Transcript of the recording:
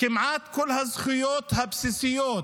כמעט כל הזכויות הבסיסיות,